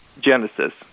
Genesis